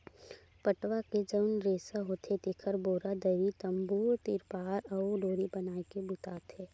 पटवा के जउन रेसा होथे तेखर बोरा, दरी, तम्बू, तिरपार अउ डोरी बनाए के बूता आथे